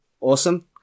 Awesome